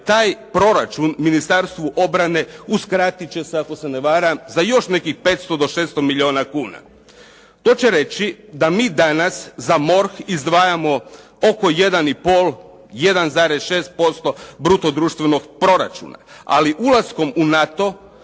taj proračun Ministarstvu obrane uskratiti će se, ako se ne varam za još nekih 500 do 600 milijuna kuna. To će reći da mi danas za MORH izdvajamo oko 1,5, 1,6% bruto društvenog proračuna. Ali ulaskom u NATO,